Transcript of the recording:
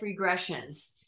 regressions